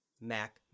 Mac